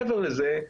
מעבר לזה,